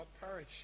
perish